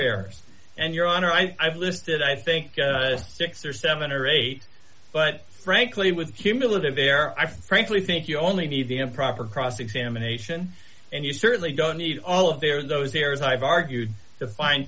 errors and your honor i've listed i think six or seven or eight but frankly with cumulative there i frankly think you only need the improper cross examination and you certainly don't need all of their those years i've argued to find